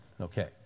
okay